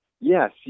yes